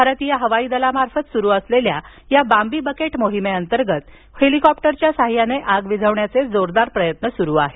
भारतीय हवाई दलामार्फत सुरू असलेल्या या बाम्बी बकेट मोहिमे अंतर्गत हेलिकॉप्टरच्या साह्याने आग विझवण्याचे जोरदार प्रयत्न सुरू आहेत